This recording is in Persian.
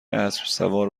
اسبسوار